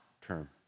term